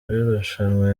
w’irushanwa